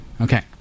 Okay